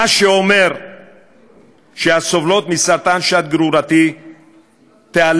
מה שאומר שסובלות מסרטן שד גרורתי תיאלצנה